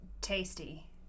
Tasty